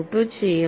12 ചെയ്യും